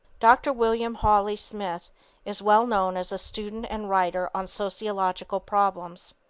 dr. william hawley smith is well known as a student and writer on sociological problems.